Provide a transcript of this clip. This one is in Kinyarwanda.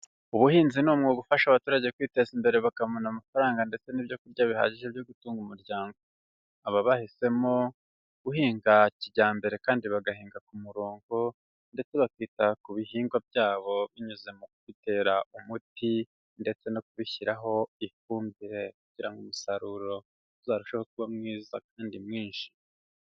Ubuhinzi ni umwuga ufasha abaturage kwiteza imbere bakabona amafaranga ndetse n'ibyo kurya bihagije byo gutunga umuryango. Aba bahisemo guhinga kijyambere kandi bagahinga ku murongo, ndetse bakita ku bihingwa byabo binyuze mu bitera umuti ndetse no kubishyiraho ifumbire, kugira ngo umusaruro uzarusheho kuba mwiza kandi mwinshi.